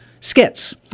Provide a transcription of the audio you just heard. skits